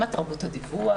מה תרבות הדיווח,